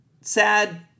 Sad